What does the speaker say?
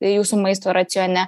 jūsų maisto racione